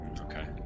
okay